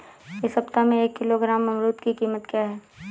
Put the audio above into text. इस सप्ताह एक किलोग्राम अमरूद की कीमत क्या है?